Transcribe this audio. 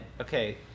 Okay